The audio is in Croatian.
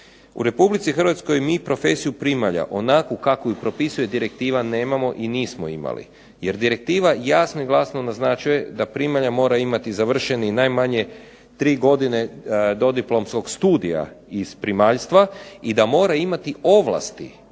U RH mi profesiju primalja onakvu kakvu je propisuje direktiva nemamo i nismo imali. Jer direktiva jasno i glasno naznačuje da primalja mora imati završenih najmanje 3 godine dodiplomskog studija iz primaljstva i da mora imati ovlasti